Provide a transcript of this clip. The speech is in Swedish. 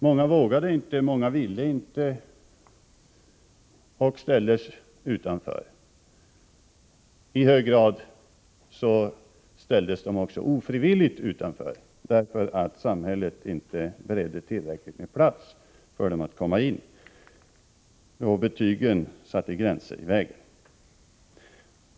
Många vågade inte, många ville inte och ställdes då utanför. I hög grad ställdes de också ofrivilligt utanför, därför att samhället inte beredde tillräckligt med plats för dem i realskolan; betygen satte gränser i vägen.